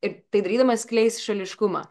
ir tai darydamas skleis šališkumą